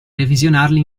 revisionarli